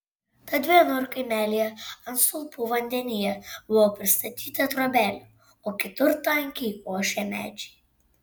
tad vienur kaimelyje ant stulpų vandenyje buvo pristatyta trobelių o kitur tankiai ošė medžiai